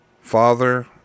father